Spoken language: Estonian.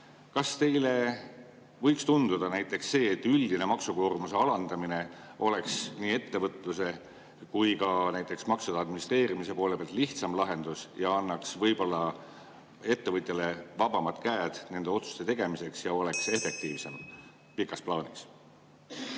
Kas teile võiks tunduda üldine maksukoormuse alandamine nii ettevõtluse kui ka maksude administreerimise seisukohalt lihtsam lahendus? See annaks võib-olla ettevõtjale vabamad käed nende otsuste tegemiseks ja oleks efektiivsem pikas plaanis?